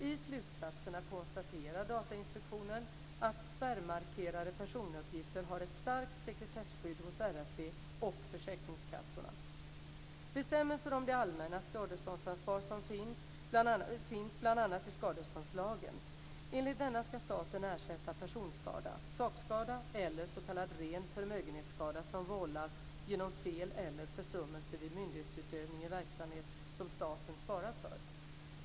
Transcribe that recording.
I slutsatserna konstaterar Datainspektionen att spärrmarkerade personuppgifter har ett starkt sekretesskydd hos RFV och försäkringskassorna. Bestämmelser om det allmännas skadeståndsansvar finns bl.a. i skadeståndslagen. Enligt denna ska staten ersätta personskada, sakskada eller s.k. ren förmögenhetsskada som vållas genom fel eller försummelse vid myndighetsutövning i verksamhet som staten svarar för.